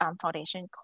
foundation